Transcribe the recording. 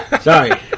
Sorry